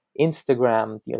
Instagram